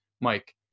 mike